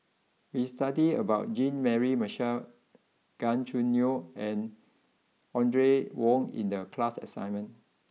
we studied about Jean Mary Marshall Gan Choo Neo and Audrey Wong in the class assignment